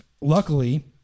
luckily